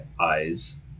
eyes